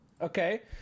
okay